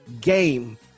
Game